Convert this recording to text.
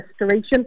restoration